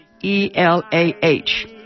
E-L-A-H